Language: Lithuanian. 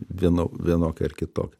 vieno vienokia ar kitokia